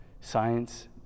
Science